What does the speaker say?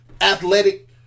athletic